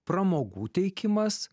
pramogų teikimas